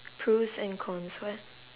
pros and cons [what]